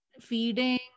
feeding